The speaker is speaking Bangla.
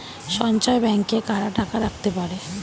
সঞ্চয় ব্যাংকে কারা টাকা রাখতে পারে?